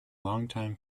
longtime